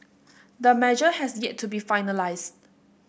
the measure has yet to be finalised